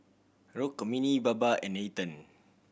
Rukmini Baba and Nathan